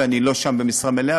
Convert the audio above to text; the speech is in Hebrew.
ואני לא שם במשרה מלאה,